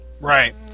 Right